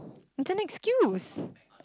it's an excuse